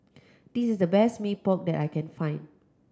this is the best Mee Pok that I can find